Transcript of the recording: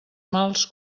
mals